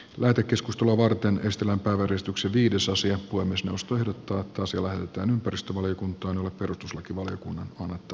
lähetekeskustelua varten ystävänpäiväristuksen viidesosa jatkui myös nostanut taata sillanpään ympäristövaliokunta on annettava lausunto